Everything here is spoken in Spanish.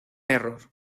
error